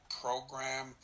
program